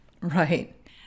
Right